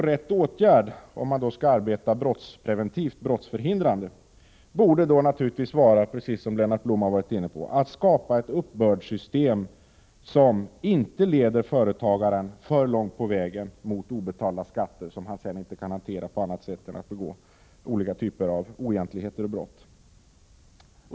Rätta åtgärder, om man skall arbeta brottsförhindrande, borde då naturligtvis — precis som Lennart Blom var inne på — vara att skapa ett uppbördssystem som inte leder företagaren för långt på vägen med obetalda skatter, som han sedan inte kan hantera på annat sätt än genom att begå olika typer av oegentligheter och brott.